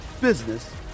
business